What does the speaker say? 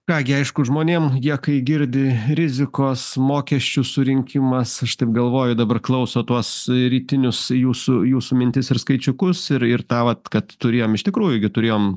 ką gi aišku žmonėm jie kai girdi rizikos mokesčių surinkimas aš taip galvoju dabar klauso tuos rytinius jūsų jūsų mintis ir skaičiukus ir ir tą vat kad turėjom iš tikrųjų gi turėjom